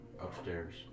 upstairs